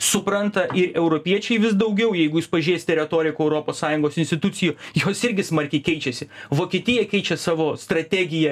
supranta ir europiečiai vis daugiau jeigu jūs pažėsite retoriką europos sąjungos institucijų jos irgi smarkiai keičiasi vokietija keičia savo strategiją